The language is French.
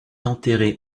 enterrée